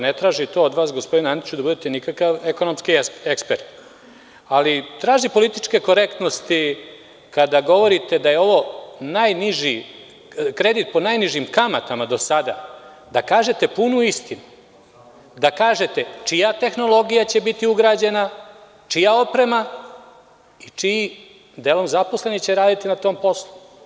Ne tražim od vas, gospodine Antiću, da budete ekonomski ekspert, ali tražim političku korektnost kada govorite da je ovo kredit po najnižim kamatama do sada, kažite punu istinu, kažite čija tehnologija će biti ugrađena, čija oprema i čiji zaposleni će raditi na tom poslu.